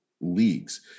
leagues